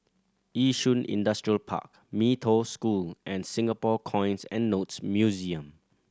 Yishun Industrial Park Mee Toh School and Singapore Coins and Notes Museum